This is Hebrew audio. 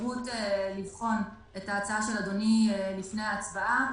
אפשרות לבחון את ההצעה של אדוני לפני ההצבעה.